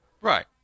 Right